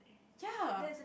ya